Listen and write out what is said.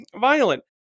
violent